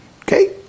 Okay